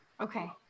Okay